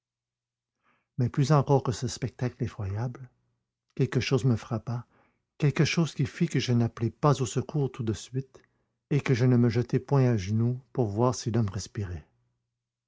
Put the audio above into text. mais plus encore que ce spectacle effroyable quelque chose me frappa quelque chose qui fit que je n'appelai pas au secours tout de suite et que je ne me jetai point à genoux pour voir si l'homme respirait